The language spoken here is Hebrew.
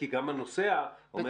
כי גם הנוסע אומר,